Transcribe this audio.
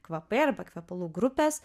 kvapai arba kvepalų grupės